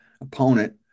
opponent